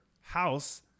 house